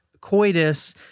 coitus